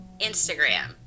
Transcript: Instagram